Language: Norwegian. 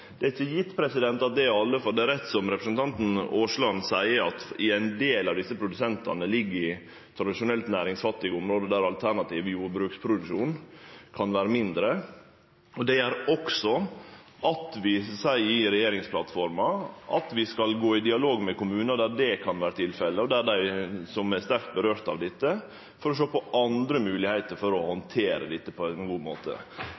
det er aktuelt for. Det er ikkje gjeve at det er alle, for det er rett som representanten Aasland seier, at ein del av desse produsentane held til i tradisjonelt næringsfattige område der moglegheitene for alternativ jordbruksproduksjon kan vere mindre. Det gjer også at vi i regjeringsplattforma seier at vi skal gå i dialog med kommunar der det kan vere tilfellet, og der ein vert sterkt ramma, for å sjå på andre moglegheiter for å handtere dette på ein god måte.